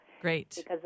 Great